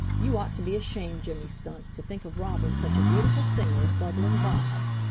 you ought to be ashamed, jimmy skunk, to think of robbing such a beautiful singer as bubbling bob.